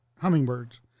hummingbirds